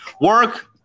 Work